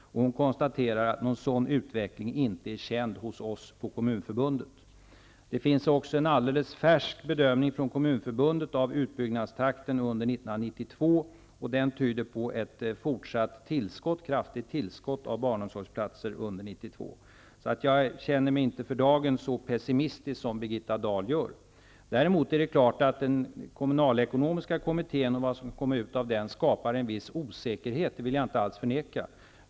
Louise Fernstedt konstaterade att någon sådan utveckling känner man inte till på Det finns också en alldeles färsk bedömning från 1992. Enligt denna bedömning tyder utvecklingen på ett kraftigt tillskott av barnomsorgsplatser under 1992. Jag känner mig alltså inte för dagen så pessimistisk som Birgitta Dahl gör. Däremot är det klart att den kommunalekonomiska kommittén och vad som kommer fram av den skapar en viss osäkerhet -- det vill jag inte alls förneka.